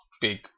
big